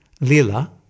lila